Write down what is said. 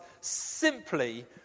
simply